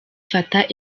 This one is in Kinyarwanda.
fattah